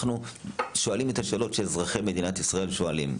אנחנו שואלים את השאלות שאזרחי מדינת ישראל שואלים.